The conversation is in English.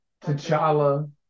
T'Challa